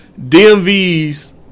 DMVs